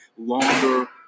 longer